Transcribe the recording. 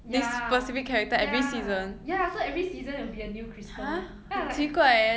ya ya ya so every season it'll be a new crystal then I like